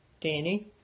Danny